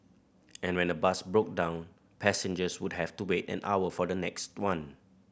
and when a bus broke down passengers would have to wait an hour for the next one